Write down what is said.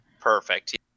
Perfect